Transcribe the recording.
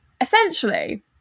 essentially